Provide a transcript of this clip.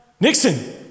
Nixon